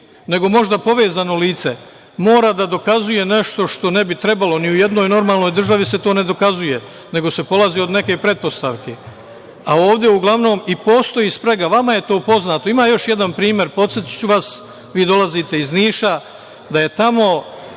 nego možda povezano lice, mora da dokazuje nešto što ne bi trebalo, ni u jednoj normalnoj državi se to ne dokazuje, nego se polazi od neke pretpostavke, a ovde uglavnom i postoji sprega. Vama je to poznato. Ima još jedan primer, podsetiću vas, vi dolazite iz Niša, da je tamo